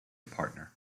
partner